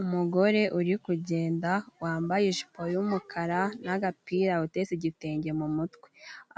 Umugore uri kugenda wambaye ijipo y'umukara n'agapira uteze igitenge mu mutwe.